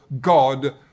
God